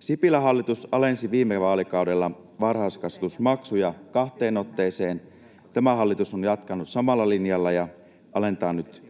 Sipilän hallitus alensi viime vaalikaudella varhaiskasvatusmaksuja kahteen otteeseen, ja tämä hallitus on jatkanut samalla linjalla ja alentaa nyt